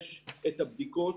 יש את הבדיקות.